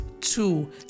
two